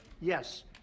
Yes